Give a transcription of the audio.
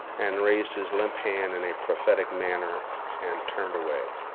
and raised his limp hand in a prophetic manner and turned away.